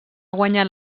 guanyat